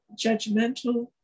judgmental